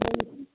के बजै छी